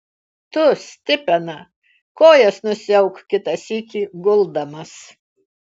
tu stipena kojas nusiauk kitą sykį guldamas